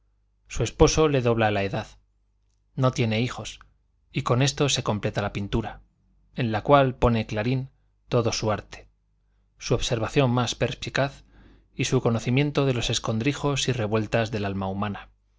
su esposo le dobla la edad no tienen hijos y con esto se completa la pintura en la cual pone clarín todo su arte su observación más perspicaz y su conocimiento de los escondrijos y revueltas del alma humana